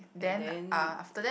and then